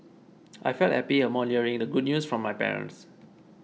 I felt happy upon hearing the good news from my parents